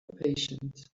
impatient